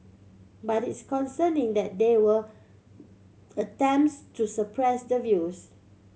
but it's concerning that there were attempts to suppress the views